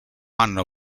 anno